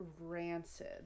Rancid